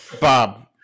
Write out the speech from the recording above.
Bob